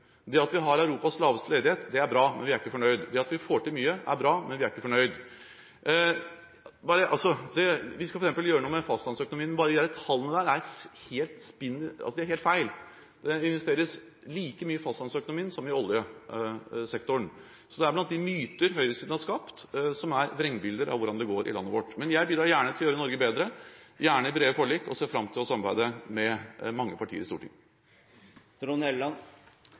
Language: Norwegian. Det at vi har Europas laveste ledighet, er bra, men vi er ikke fornøyd. Det at vi får til mye, er bra, men vi er ikke fornøyd. Vi skal gjøre noe med fastlandsøkonomien, men tallene er helt feil. Det investeres like mye i fastlandsøkonomien som i oljesektoren. Det er blant de myter høyresiden har skapt, som er vrengebilder av hvordan det går i landet vårt. Men jeg bidrar gjerne til å gjøre Norge bedre, gjerne i brede forlik, og ser fram til å samarbeide med mange partier i Stortinget.